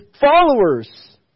followers